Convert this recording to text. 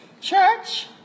Church